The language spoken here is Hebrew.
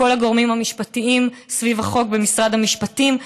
לכל הגורמים המשפטיים סביב החוק במשרד המשפטים,